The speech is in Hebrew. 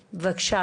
שלום.